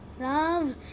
Love